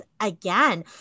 again